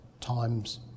times